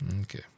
Okay